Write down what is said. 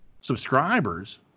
subscribers